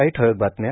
काही ठळक बातम्या